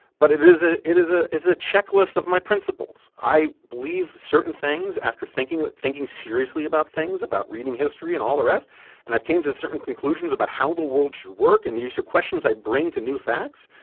but it is ah it is ah a checklist of my principles. i believe certain things after thinking but thinking seriously about things, about reading history and all the rest and i came to certain conclusions about how the world should work and these are questions i bring to new facts.